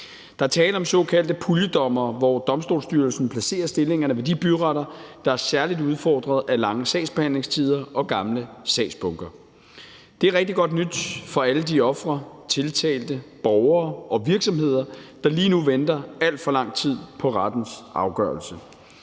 Der er tale om såkaldte puljedommere, som Domstolsstyrelsen placerer ved de byretter, der er særligt udfordret af lange sagsbehandlingstider og gamle sagsbunker. Det er rigtig godt nyt for alle de ofre, tiltalte, borgere og virksomheder, der lige nu venter alt for lang tid på rettens afgørelse.